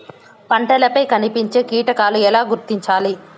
పంటలపై కనిపించే కీటకాలు ఎలా గుర్తించాలి?